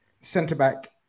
centre-back